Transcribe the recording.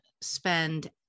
spend